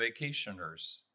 vacationers